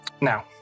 Now